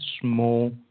small